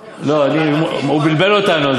לא, הוא בלבל אותנו.